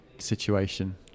situation